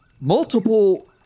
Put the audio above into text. Multiple